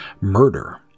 murder